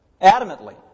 adamantly